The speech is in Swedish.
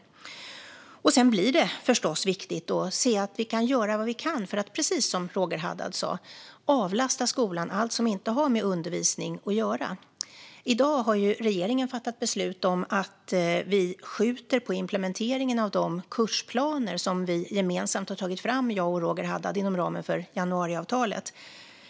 Sedan blir det förstås viktigt att göra vad vi kan för att, precis som Roger Haddad sa, avlasta skolan från allt som inte har med undervisning att göra. I dag har regeringen fattat beslut om att skjuta på implementeringen av de kursplaner som vi - jag och Roger Haddad - gemensamt har tagit fram inom ramen för januariavtalet.